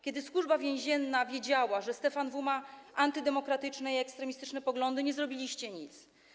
Kiedy Służba Więzienna wiedziała, że Stefan W. ma antydemokratyczne i ekstremistyczne poglądy, nie zrobiliście nic.